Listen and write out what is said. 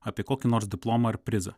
apie kokį nors diplomą ar prizą